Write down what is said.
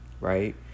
right